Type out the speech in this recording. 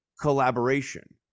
collaboration